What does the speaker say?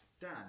Dan